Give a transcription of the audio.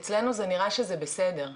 אצלנו זה נראה שזה בסדר.